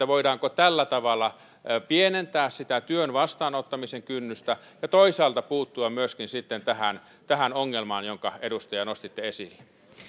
voidaanko tällä tavalla pienentää sitä työn vastaanottamisen kynnystä ja toisaalta puuttua myöskin sitten tähän tähän ongelmaan jonka edustaja nostitte esille